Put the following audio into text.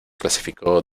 clasificó